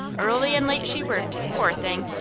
early and late she worked, poor thing,